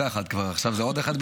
עכשיו זה עוד אחד,